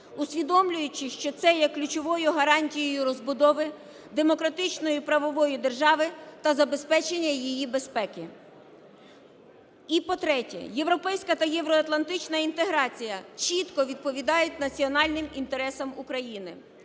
усвідомлюючи, що це є ключовою гарантією розбудови демократичної правової держави та забезпечення її безпеки. І по-третє, європейська та євроатлантична інтеграція чітко відповідають національним інтересам України.